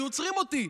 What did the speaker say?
היו עוצרים אותי,